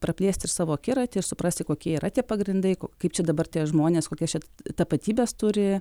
praplėsti savo akiratį suprasti kokie yra tie pagrindai kaip čia dabar tie žmonės kokias tapatybes turi